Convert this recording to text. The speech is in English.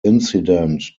incident